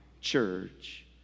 church